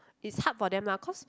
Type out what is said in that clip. is hard for them lah cause